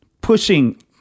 pushing